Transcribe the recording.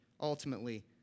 ultimately